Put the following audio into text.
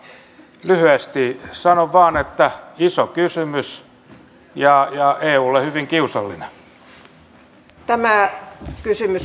eli lyhyesti sanon vain että iso kysymys ja eulle hyvin kiusallinen